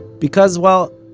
because, well,